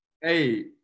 Hey